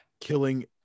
killing